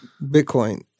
Bitcoin